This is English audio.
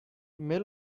may